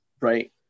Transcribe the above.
Right